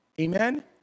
Amen